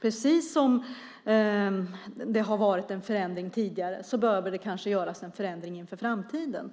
Precis som det har varit en förändring tidigare behöver det kanske göras en förändring inför framtiden